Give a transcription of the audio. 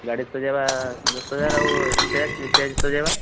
ଗାଡ଼ି ସଜାଇବା ଦଶ ହଜାର ଆଉ ଷ୍ଟେଜ୍ ସଜାଇବା